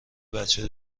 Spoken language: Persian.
بچه